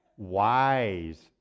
Wise